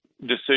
decision